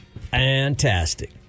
Fantastic